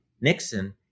Nixon